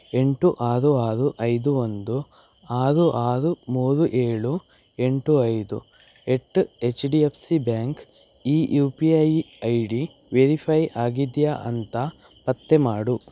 ಎಂಟು ಆರು ಆರು ಐದು ಒಂದು ಆರು ಆರು ಮೂರು ಏಳು ಎಂಟು ಐದು at H D F C bank ಈ U P I I D verify ಆಗಿದೆಯಾ ಅಂತ ಪತ್ತೆ ಮಾಡು